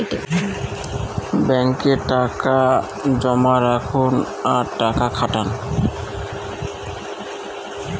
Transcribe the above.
ব্যাঙ্কে টাকা জমা রাখুন আর টাকা খাটান